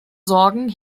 sorgen